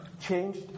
changed